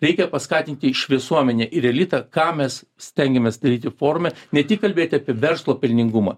reikia paskatinti iš visuomenę ir elitą ką mes stengiamės daryti forume ne tik kalbėti apie verslo pelningumą